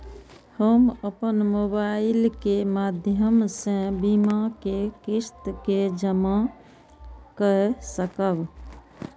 हम अपन मोबाइल के माध्यम से बीमा के किस्त के जमा कै सकब?